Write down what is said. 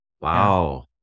Wow